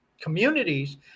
communities